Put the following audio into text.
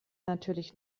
natürlich